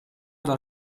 dal